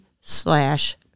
slash